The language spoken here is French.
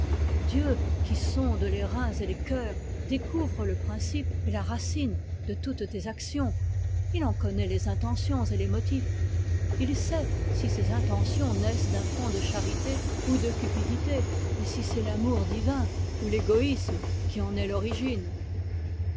dieu qui sonde les reins et les cœurs découvre le principe et la racine de toutes tes actions il en connaît les intentions et les motifs il sait si ces intentions naissent d'un fonds de charité ou de cupidité si c'est l'amour divin ou l'égoïsme qui en est l'origine